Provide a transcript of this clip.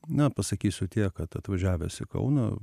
na pasakysiu tiek kad atvažiavęs į kauną